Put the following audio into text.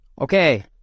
Okay